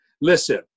Listen